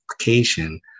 application